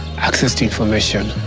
access to information,